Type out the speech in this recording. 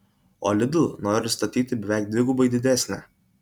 o lidl nori statyti beveik dvigubai didesnę